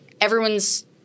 everyone's